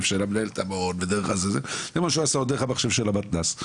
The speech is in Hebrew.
של מנהלת המעון או דרך המחשב של המתנ"ס.